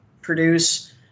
produce